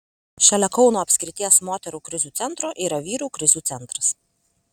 šalia kauno apskrities moterų krizių centro yra vyrų krizių centras